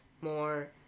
more